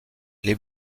les